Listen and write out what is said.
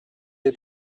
les